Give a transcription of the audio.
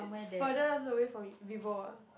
it's furthest away from Vivo ah